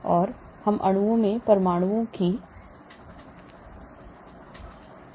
तो हम अणुओं में परमाणुओं के ऊपर जा सकते हैं